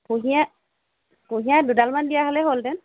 কুঁহিয়াৰ কুঁহিয়াৰ দুডাল মান দিয়া হলে হ'লহেঁতেন